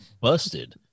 busted